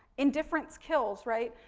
indifference kills, right.